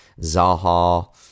Zaha